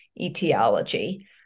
etiology